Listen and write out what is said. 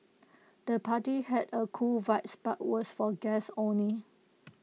the party had A cool vibes but was for guests only